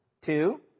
two